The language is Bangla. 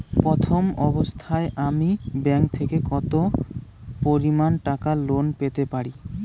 প্রথম অবস্থায় আমি ব্যাংক থেকে কত পরিমান টাকা লোন পেতে পারি?